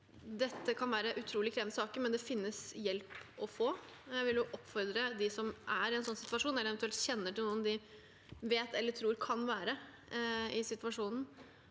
dette kan være utrolig krevende saker, men det finnes hjelp å få. Jeg vil oppfordre dem som er i en sånn situasjon, eller eventuelt kjenner til noen de vet er eller tror kan være i en sånn